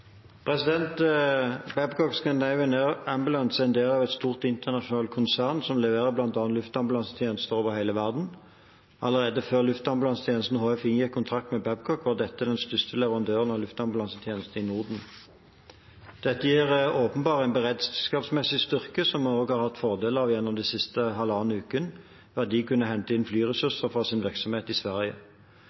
er en del av et stort internasjonalt konsern som leverer bl.a. luftambulansetjenester over hele verden. Allerede før Luftambulansetjenesten HF inngikk kontrakt med Babcock, var dette den største leverandøren av luftambulansetjenester i Norden. Dette gir åpenbart en beredskapsmessig styrke som vi har hatt fordel av gjennom den siste halvannen uken, ved at de kunne hente inn flyressurser fra sin virksomhet i Sverige.